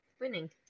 winning